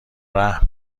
رحم